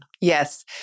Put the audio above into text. Yes